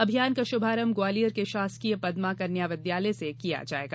अभियान का शुभारंभ ग्वालियर के शासकीय पद्मा कन्या विद्यालय से किया जायेगा